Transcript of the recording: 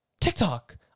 TikTok